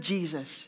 Jesus